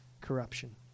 corruption